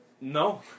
No